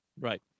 Right